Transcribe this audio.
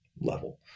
level